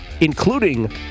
including